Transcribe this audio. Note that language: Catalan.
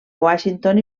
washington